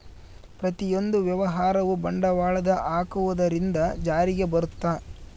ಪ್ರತಿಯೊಂದು ವ್ಯವಹಾರವು ಬಂಡವಾಳದ ಹಾಕುವುದರಿಂದ ಜಾರಿಗೆ ಬರುತ್ತ